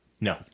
No